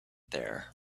there